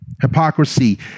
Hypocrisy